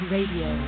Radio